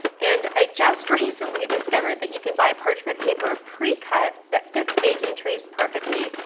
and i just recently discovered that you can buy parchment paper pre-cut that fits baking trays perfectly,